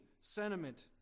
sentiment